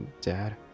dad